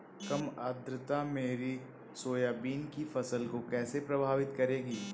कम आर्द्रता मेरी सोयाबीन की फसल को कैसे प्रभावित करेगी?